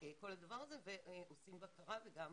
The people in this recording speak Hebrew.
כל הדבר הזה ועושים בקרה וגם